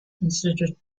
considered